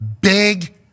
big